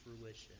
fruition